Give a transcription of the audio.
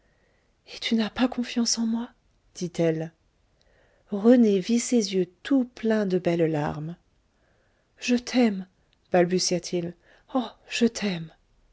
et tu n'as pas confiance en moi dit-elle rené vit ses yeux tout pleins de belles larmes je t'aime balbutia-t-il oh je t'aime